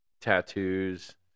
Tattoos